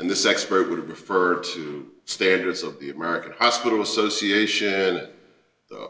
and this expert would have referred to standards of the american hospital association